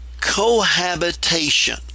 cohabitation